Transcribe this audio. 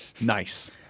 Nice